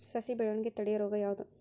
ಸಸಿ ಬೆಳವಣಿಗೆ ತಡೆಯೋ ರೋಗ ಯಾವುದು?